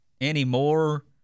anymore